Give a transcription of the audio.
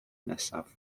nesaf